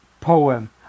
poem